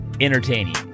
entertaining